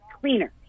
cleaner